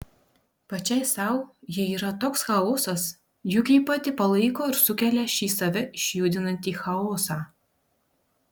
pačiai sau ji yra toks chaosas juk ji pati palaiko ir sukelia šį save išjudinantį chaosą